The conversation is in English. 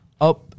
up